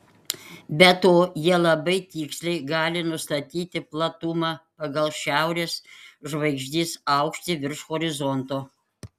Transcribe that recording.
be to jie labai tiksliai gali nustatyti platumą pagal šiaurės žvaigždės aukštį virš horizonto